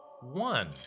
one